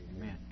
Amen